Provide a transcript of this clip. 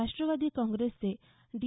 राष्ट्रवादी काँग्रेसचे डी